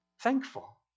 thankful